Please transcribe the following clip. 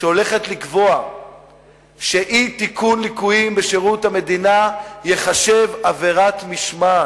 שהולכת לקבוע שאי-תיקון ליקויים בשירות המדינה ייחשב עבירת משמעת,